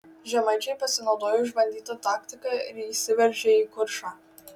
žemaičiai pasinaudojo išbandyta taktika ir įsiveržė į kuršą